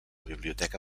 biblioteca